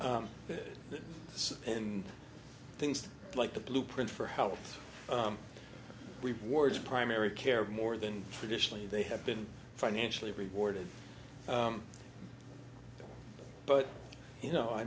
in things like the blueprint for health we've wards primary care more than traditionally they have been financially rewarded but you know i